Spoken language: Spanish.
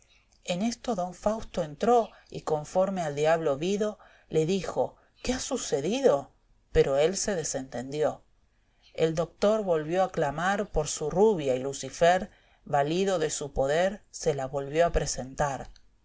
en esto don fausto entró y conforme al diablo vido le dijo qué ha sucedido pero él se desentendió el dotor volvió a clamar por su rubia y lucifer valido de su poder se la volvió a presentar